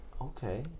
Okay